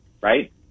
right